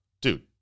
Dude